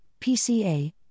PCA